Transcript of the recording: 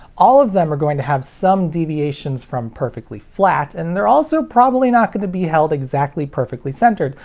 all of them are going to have some deviations from perfectly flat, and they're also probably not going to be held exactly perfectly centered,